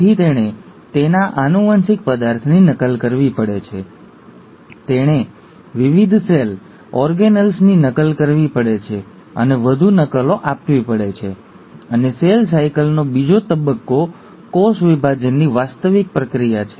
તેથી તેણે તેના આનુવંશિક પદાર્થની નકલ કરવી પડે છે તેણે વિવિધ સેલ ઓર્ગેનેલ્સની નકલ કરવી પડે છે અને વધુ નકલો આપવી પડે છે અને સેલ સાયકલનો બીજો તબક્કો કોષ વિભાજનની વાસ્તવિક પ્રક્રિયા છે